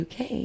uk